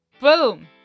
boom